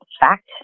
fact